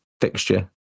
fixture